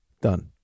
Done